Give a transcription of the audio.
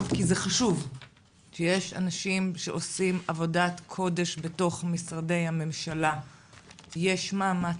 כי זה חשוב שיש אנשים שעושים עבודת קודש בתוך משרדי הממשלה ויש מאמץ,